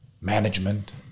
management